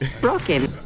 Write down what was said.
Broken